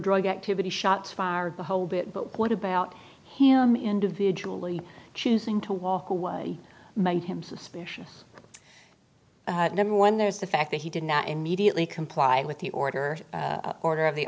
drug activity shots fired the whole bit but what about him individually choosing to walk away made him suspicious number one there's the fact that he did not immediately comply with the order order of the